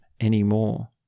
anymore